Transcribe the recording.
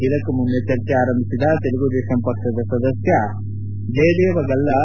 ಇದಕ್ಕೂ ಮುನ್ನ ಚರ್ಚೆ ಆರಂಭಿಸಿದ ತೆಲುಗು ದೇಶಂ ಪಕ್ಷದ ಸದಸ್ಥ ಜಯದೇವ ಗಲ್ಲಾ